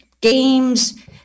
games